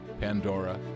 Pandora